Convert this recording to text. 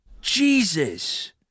Jesus